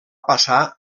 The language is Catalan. passar